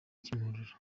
kimihurura